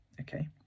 okay